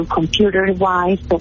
computer-wise